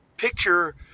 picture